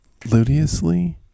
Ludiously